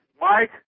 Mike